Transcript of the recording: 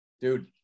dude